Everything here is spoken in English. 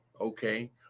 okay